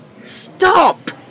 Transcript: Stop